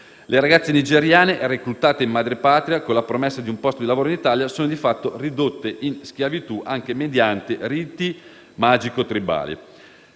Le ragazze nigeriane, reclutate in madrepatria con la promessa di un posto di lavoro in Italia, sono, di fatto, ridotte in schiavitù, anche mediante riti magico-tribali.